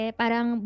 parang